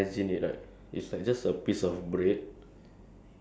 probably has the like ya has an interesting story behind it because